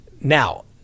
Now